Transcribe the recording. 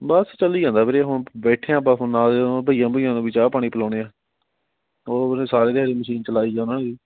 ਬਸ ਚੱਲੀ ਜਾਂਦਾ ਵੀਰੇ ਹੁਣ ਬੈਠੇ ਆ ਬਾ ਹੁਣ ਨਾਲ ਬਈਆਂ ਬੁਈਆਂ ਨੂੰ ਵੀ ਚਾਹ ਪਾਣੀ ਪਿਲਾਉਂਦੇ ਹਾਂ ਹੋਰ ਸਾਰੀ ਦਿਹਾੜੀ ਮਸ਼ੀਨ ਚਲਾਈ ਜਾਵਾਂਗੇ